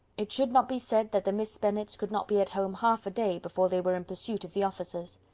it should not be said that the miss bennets could not be at home half a day before they were in pursuit of the officers.